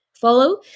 follow